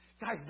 Guys